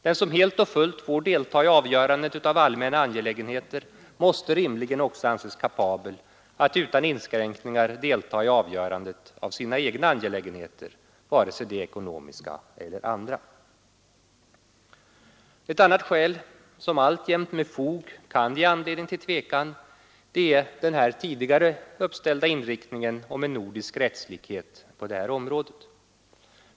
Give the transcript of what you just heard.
Den som helt och fullt får delta i avgörandet av allmänna angelägenheter måste rimligen också anses kapabel att utan inskränkningar delta vid avgörandet av sina egna angelägenheter, vare sig det är ekonomiska eller andra. Ett annat förhållande som alltjämt med fog kan ge anledning till tvekan är den åtminstone tidigare hävdade inriktningen mot nordisk rättslikhet på detta område.